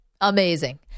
Amazing